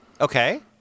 Okay